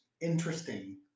interesting